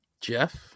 Jeff